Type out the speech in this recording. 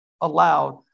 allowed